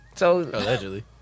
Allegedly